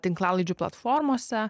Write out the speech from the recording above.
tinklalaidžių platformose